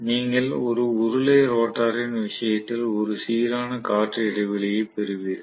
நீங்கள் ஒரு உருளை ரோட்டரின் விஷயத்தில் ஒரே சீரான காற்று இடைவெளியை பெறுவீர்கள்